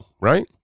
right